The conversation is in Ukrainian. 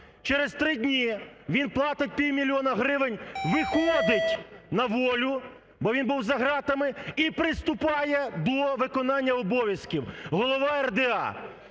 Через три дні він платить півмільйона гривень, виходить на волю, бо він був за ґратами, і приступає до виконання обов'язків голова РДА.